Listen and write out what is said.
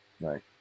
Right